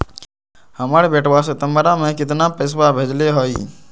हमर बेटवा सितंबरा में कितना पैसवा भेजले हई?